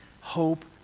Hope